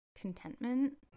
contentment